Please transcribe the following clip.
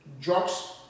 drugs